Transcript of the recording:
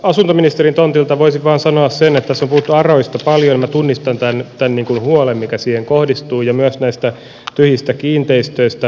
asuntoministerin tontilta voisin vain sanoa sen että tässä on puhuttu arasta paljon minä tunnistan tämän huolen mikä siihen kohdistuu ja myös näistä tyhjistä kiinteistöistä